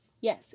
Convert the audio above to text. yes